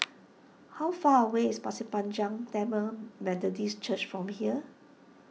how far away is Pasir Panjang Tamil Methodist Church from here